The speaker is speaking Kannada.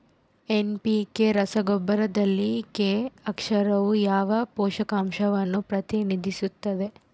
ಎನ್.ಪಿ.ಕೆ ರಸಗೊಬ್ಬರದಲ್ಲಿ ಕೆ ಅಕ್ಷರವು ಯಾವ ಪೋಷಕಾಂಶವನ್ನು ಪ್ರತಿನಿಧಿಸುತ್ತದೆ?